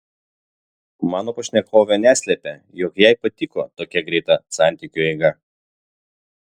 mano pašnekovė neslepia jog jai patiko tokia greita santykiu eiga